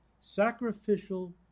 Sacrificial